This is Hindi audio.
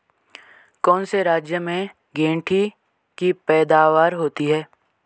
कौन से राज्य में गेंठी की पैदावार होती है?